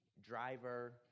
driver